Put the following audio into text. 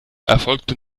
erfolgte